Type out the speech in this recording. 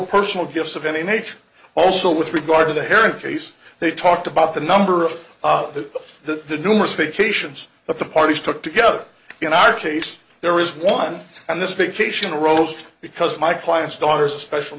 personal gifts of any nature also with regard to the hair in case they talked about the number of the the numerous vacations that the parties took together in our case there is one and this vacation arose because my client's daughter's a special